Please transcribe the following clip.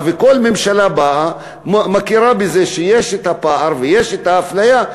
וכל ממשלה שבאה מכירה בזה שיש פער ויש אפליה,